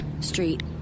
Street